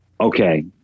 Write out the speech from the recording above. okay